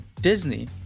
Disney